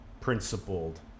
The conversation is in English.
principled